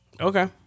Okay